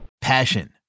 Passion